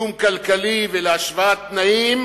לקידום כלכלי ולהשוואת תנאים,